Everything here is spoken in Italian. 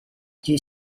gli